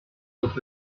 look